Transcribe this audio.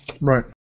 Right